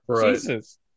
Jesus